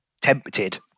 tempted